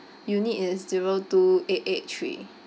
unit is zero two eight eight three